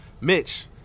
Mitch